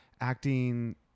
acting